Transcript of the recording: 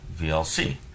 VLC